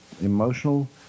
emotional